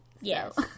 Yes